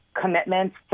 commitments